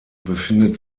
befindet